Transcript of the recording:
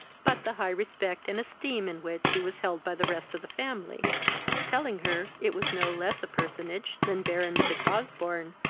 but the high respect and esteem in which he was held by the rest of the family telling her it was no less a personage than baron fitzosbourne,